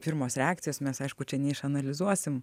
pirmos reakcijos mes aišku čia neišanalizuosim